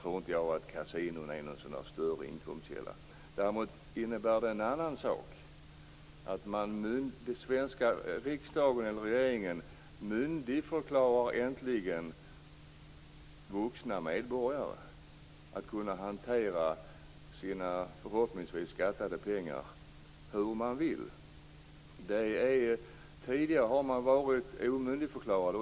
Däremot skulle det här innebära en annan sak, nämligen att riksdagen och regeringen äntligen myndigförklarar vuxna medborgare när det gäller att kunna hantera sina förhoppningsvis skattade pengar hur man vill. Tidigare har man varit omyndigförklarad.